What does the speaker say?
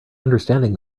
understanding